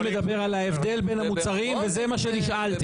אני מדבר על ההבדל בין המוצרים וזה מה שנשאלתי.